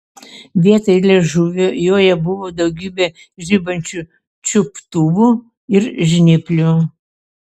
vietoj liežuvio joje buvo daugybė žibančių čiuptuvų ir žnyplių